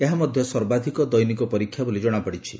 ଏହା ମଧ୍ୟ ସର୍ବାଧିକ ଦୈନିକ ପରୀକ୍ଷା ବୋଲି ଜଣାପଡ଼ିଛି